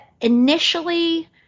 initially